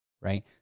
right